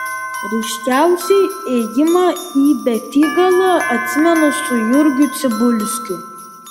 ryškiausiai ėjimą į betygalą atsimenu su jurgiu cibulskiu